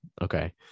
Okay